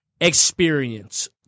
experience